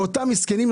לאותם מסכנים,